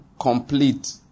complete